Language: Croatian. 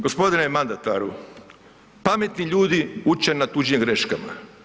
Gospodine mandataru pametni ljudi uče na tuđim greškama.